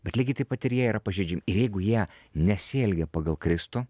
bet lygiai taip pat ir jie yra pažeidžiam ir jeigu jie nesielgia pagal kristų